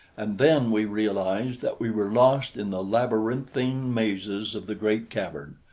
and then we realized that we were lost in the labyrinthine mazes of the great cavern.